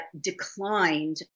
declined